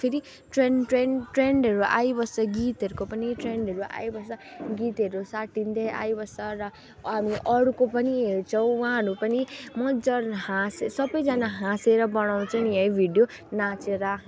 फेरि trend trend ट्रेन्डहरू आइबस्छ गीतहरूको पनि ट्रेन्डहरू आइबस्छ गीतहरू साटिँदै आइबस्छ र हामी अरूको पनि हेर्छौँ उहाँहरू पनि मजाले हाँसे सबैजना हाँसेर बनाउँछ नि है भिडियो नाचेर